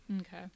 Okay